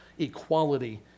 equality